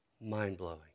mind-blowing